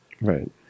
Right